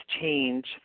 change